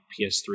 PS3